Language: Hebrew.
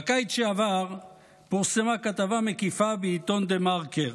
בקיץ שעבר פורסמה כתבה מקיפה בעיתון דה-מרקר.